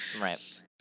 Right